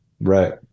Right